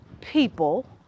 people